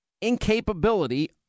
incapability